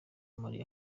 muri